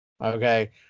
Okay